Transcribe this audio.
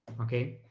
okay,